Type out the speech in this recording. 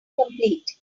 complete